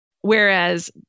Whereas